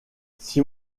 six